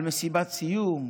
על מסיבת סיום,